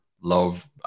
love